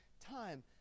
time